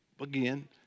again